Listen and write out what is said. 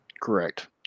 Correct